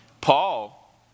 Paul